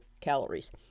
calories